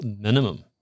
minimum